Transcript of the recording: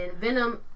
Venom